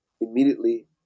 immediately